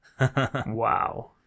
Wow